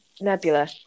Nebula